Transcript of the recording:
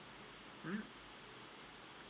mm